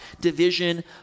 division